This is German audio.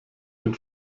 den